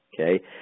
okay